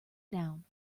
down